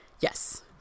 Yes